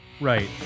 Right